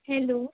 hello